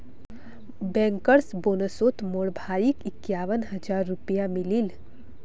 bankers बोनसोत मोर भाईक इक्यावन हज़ार रुपया मिलील